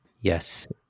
Yes